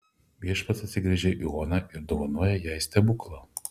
viešpats atsigręžia į oną ir dovanoja jai stebuklą